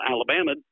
Alabama